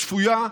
שפויה,